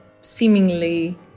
seemingly